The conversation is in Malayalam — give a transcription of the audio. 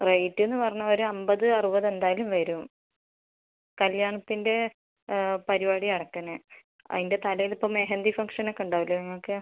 റേറ്റ് എന്ന് പറഞ്ഞാൽ ഒര് അൻപത് അറുപത് എന്തായാലും വരും കല്ല്യാണത്തിൻ്റെ പരിപാടി അടക്കം തന്നെ അതിൻ്റെ തലേന്ന് ഇപ്പോൾ മെഹന്തി ഫംഗ്ഷൻ ഒക്കെ ഉണ്ടാവില്ലേ നിങ്ങൾക്ക്